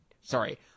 sorry